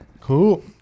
Cool